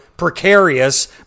Precarious